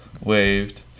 waved